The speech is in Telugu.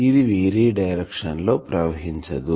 ఇది వేరే డైరెక్షన్ లో ప్రవహించదు